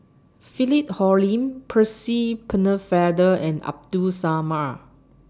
Philip Hoalim Percy Pennefather and Abdul Samad